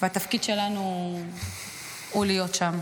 והתפקיד שלנו הוא להיות שם.